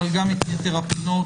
אבל גם את יתר הפינות.